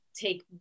take